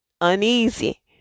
uneasy